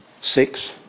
six